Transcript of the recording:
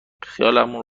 خیالمون